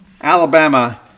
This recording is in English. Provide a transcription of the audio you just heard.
Alabama